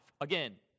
again